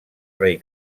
rei